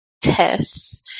tests